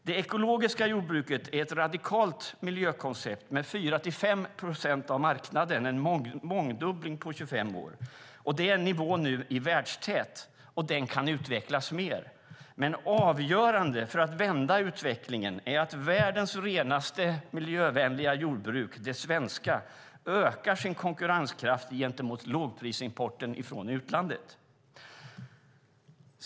Det ekologiska jordbruket är ett radikalt miljökoncept med 4-5 procent av marknaden, en mångdubbling på 25 år. Det är en nivå som ligger i världstäten, och den kan utvecklas mer. Men avgörande för att vända utvecklingen är att världens renaste miljövänliga jordbruk, det svenska, ökar sin konkurrenskraft gentemot lågprisimporten från utlandet.